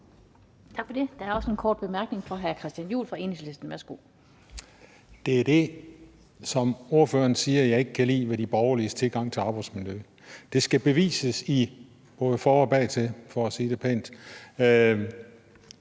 Det er det, som ordføreren siger, jeg ikke kan lide ved de borgerliges tilgang til arbejdsmiljøet. Det skal bevises både fortil og bagtil, for at sige det pænt,